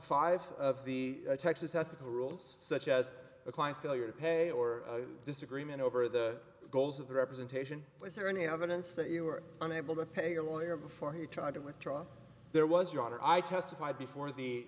five of the texas ethical rules such as a client's failure to pay or disagreement over the goals of the representation was there any evidence that you were unable to pay your lawyer before he tried to withdraw there was your honor i testified before the